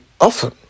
often